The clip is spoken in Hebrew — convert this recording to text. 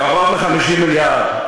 קרוב ל-50 מיליארד.